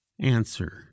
answer